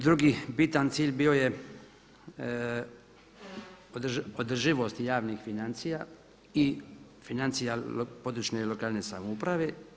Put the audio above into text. Drugi bitan cilj bio je održivost javnih financija i financija područne i lokalne samouprave.